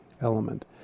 element